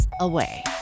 away